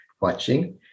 watching